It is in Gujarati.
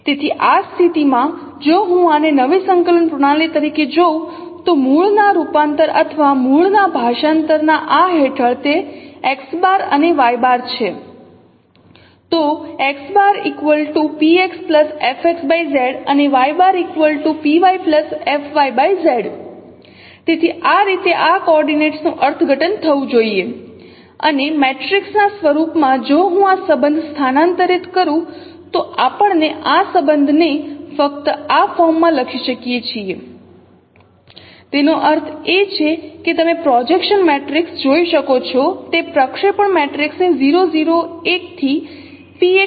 તેથી આ સ્થિતિમાં જો હું આને નવી સંકલન પ્રણાલી તરીકે જોઉં તો મૂળના રૂપાંતર અથવા મૂળના ભાષાંતરના આ હેઠળ તે x અને y છે તો તેથી આ રીતે આ કોઓર્ડિનેટ્સ નુ અર્થઘટન થવું જોઈએ અને મેટ્રિક્સ સ્વરૂપમાં જો હું આ સંબંધ સ્થાનાંતરિત કરું તો આપણે આ સંબંધને ફક્ત આ ફોર્મમાં લખી શકીએ છીએ તેનો અર્થ એ કે તમે પ્રોજેક્શન મેટ્રિક્સ જોઈ શકો છો તે પ્રક્ષેપણ મેટ્રિક્સ ની 0 0 1 થી px py 1 હશે